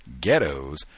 ghettos